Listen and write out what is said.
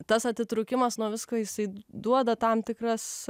tas atitrūkimas nuo visko jisai duoda tam tikras